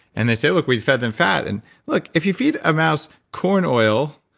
and they say, look, we've fed them fat. and look, if you feed a mouse corn oil,